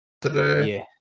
today